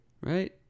Right